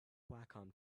wacom